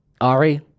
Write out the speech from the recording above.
Ari